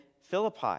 Philippi